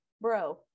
bro